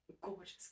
gorgeous